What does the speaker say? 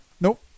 Nope